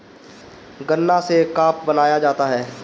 गान्ना से का बनाया जाता है?